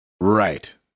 Right